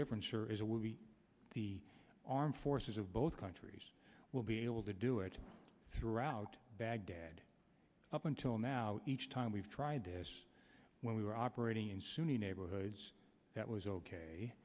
different will be the armed forces of both countries will be able to do it throughout baghdad up until now each time we've tried this when we were operating in sunni neighborhoods that was ok